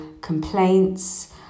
complaints